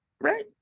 right